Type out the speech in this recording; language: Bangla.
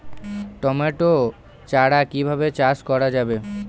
টমেটো চারা কিভাবে চাষ করা যাবে?